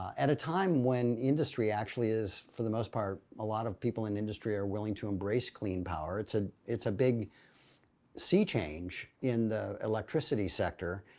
at a time when industry actually is, for the most part, a lot of people in the industry are willing to embrace clean power. it's ah it's a big sea change in the electricity sector.